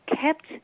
kept